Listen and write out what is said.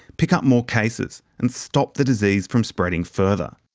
pick up more cases. and stop the disease from spreading further.